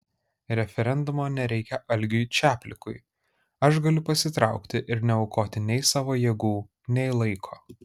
referendumo nereikia algiui čaplikui aš galiu pasitraukti ir neaukoti nei savo jėgų nei laiko